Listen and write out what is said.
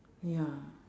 ya